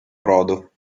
brodo